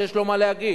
שיש להם מה להגיד.